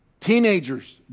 Teenagers